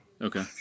Okay